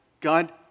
God